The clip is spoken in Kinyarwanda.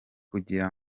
kugira